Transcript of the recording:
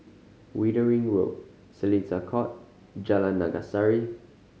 Wittering Road Seletar Court Jalan Naga Sari